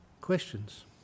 questions